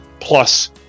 plus